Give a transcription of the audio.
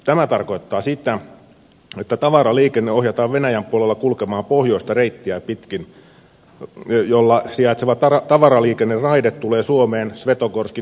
tämä tarkoittaa sitä että tavaraliikenne ohjataan venäjän puolella kulkemaan pohjoista reittiä pitkin jolloin tavaraliikenneraide tulee suomeen svetogorskin ja imatran kohdalla